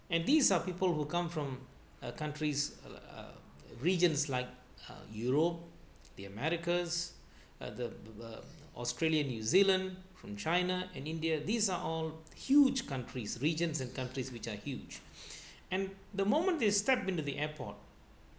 and these are people who come from a countries uh um regions like uh europe the americas uh the australian new zealand from china and india these are all huge countries regions and countries which are huge and the moment they step into the airport